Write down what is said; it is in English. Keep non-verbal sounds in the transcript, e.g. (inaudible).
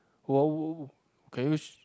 wow (noise) can you sh~